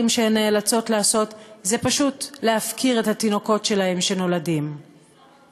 שהן נאלצות לעשות זה פשוט להפקיר את התינוקות שלהן שנולדים להן.